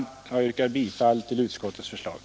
Jag yrkar bifall till utskottets hemställan.